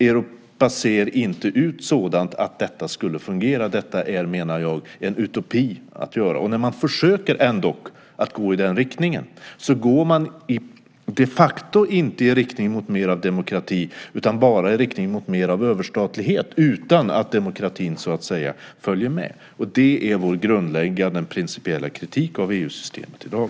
Europa ser inte ut så att detta skulle fungera. Det är, menar jag, en utopi. När man ändå försöker att gå i den riktningen går man de facto inte i riktning mot mer demokrati utan bara i riktning mot mer av överstatlighet utan att demokratin följer med. Det är vår grundläggande principiella kritik av EU-systemet i dag.